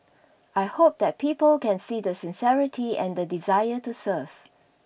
I hope that people can see the sincerity and the desire to serve